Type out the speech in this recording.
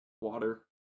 Water